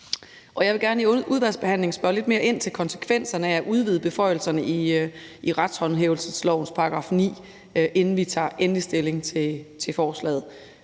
Jeg vil gerne i udvalgsbehandlingen spørge lidt mere ind til konsekvenserne af at udvide beføjelserne i retshåndhævelseslovens § 9, inden vi tager endelig stilling til forslaget.